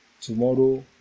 Tomorrow